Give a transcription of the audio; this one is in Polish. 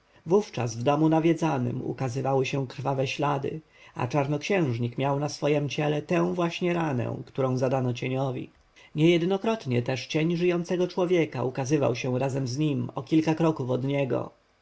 wówczas w domu nawiedzanym ukazywały się krwawe ślady a czarnoksiężnik miał na swem ciele tę właśnie ranę którą zadano cieniowi niejednokrotnie też cień żyjącego człowieka ukazywał się razem z nim o kilka kroków od niego